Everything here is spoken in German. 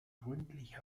gründliche